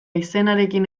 izenarekin